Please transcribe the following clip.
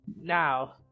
Now